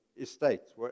Estates